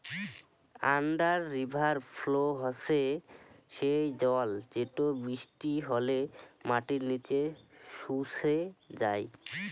under river flow হসে সেই জল যেটো বৃষ্টি হলে মাটির নিচে শুষে যাই